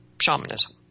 shamanism